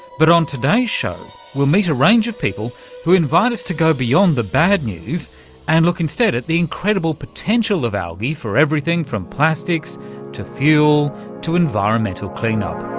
but on today's show we'll meet a range of people who invite us to go beyond the bad news and look instead at the incredible potential of algae for everything from plastics to fuel to environmental clean-up.